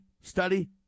study